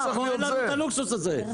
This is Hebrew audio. אין לנו הלוקסוס הזה.